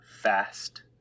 fast